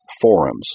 forums